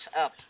up